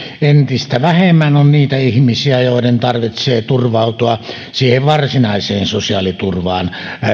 entistä vähemmän on niitä ihmisiä joiden tarvitsee turvautua siihen varsinaiseen sosiaaliturvaan